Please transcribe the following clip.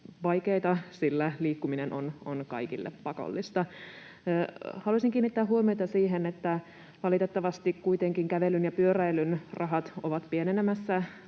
vaikeita, sillä liikkuminen on kaikille pakollista. Haluaisin kiinnittää huomiota siihen, että valitettavasti kuitenkin kävelyn ja pyöräilyn rahat ovat pienenemässä